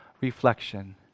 reflection